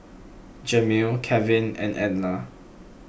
Jamil Kevin and Edla